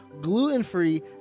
gluten-free